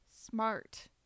smart